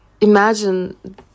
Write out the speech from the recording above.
imagine